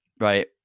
right